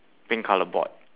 pink colour board